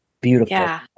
Beautiful